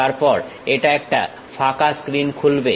তারপর এটা একটা ফাঁকা স্ক্রীন খুলবে